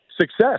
success